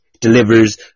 delivers